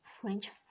French